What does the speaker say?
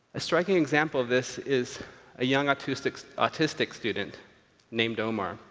a striking example of this is a young autistic autistic student named omar,